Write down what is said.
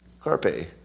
Carpe